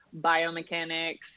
biomechanics